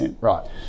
Right